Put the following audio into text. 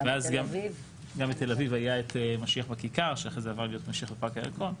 גם בתל אביב היה את "משיח בכיכר" שאחרי זה עבר להיות משיח בפארק הירקון.